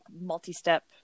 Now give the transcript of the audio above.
multi-step